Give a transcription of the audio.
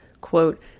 Quote